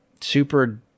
super